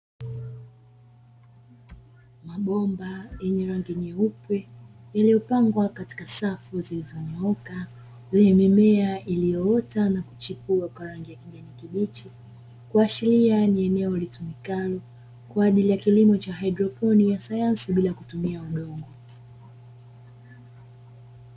Mabomba yenye rangi nyeupe yaliyopangwa katika safu zilizo nyooka zenye mimea iliyoota na kuchipua kwa rangi ya kijani kibichi, kuashiria ni eneo litumikalo kwa ajili ya kilimo cha haidroponi ya sayansi bila kutumia udongo.